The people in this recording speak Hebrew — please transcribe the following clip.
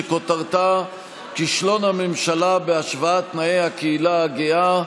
שכותרתה: כישלון הממשלה בהשוואת תנאי הקהילה הגאה.